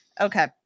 Okay